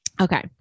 okay